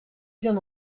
bien